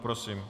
Prosím.